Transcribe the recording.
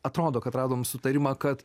atrodo kad radom sutarimą kad